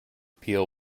peel